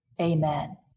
Amen